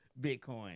Bitcoin